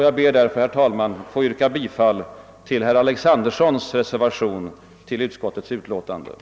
Jag ber därför, herr talman, att få yrka bifall till reservationen 1 av herr Alexanderson.